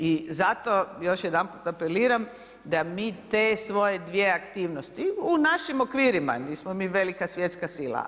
I zato još jedanput apeliram, da mi te svoje dvije aktivnosti, u našim okvirima, nismo mi velika svjetska sila.